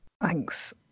Thanks